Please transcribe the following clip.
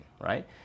right